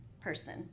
person